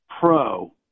pro